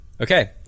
okay